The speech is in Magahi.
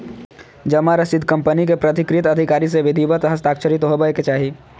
जमा रसीद कंपनी के प्राधिकृत अधिकारी से विधिवत हस्ताक्षरित होबय के चाही